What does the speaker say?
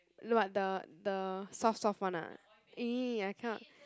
what the the soft soft [one] ah !ee! I cannot